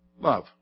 Love